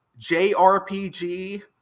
JRPG